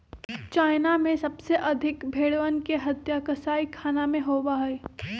China में सबसे अधिक भेंड़वन के हत्या कसाईखाना में होबा हई